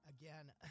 again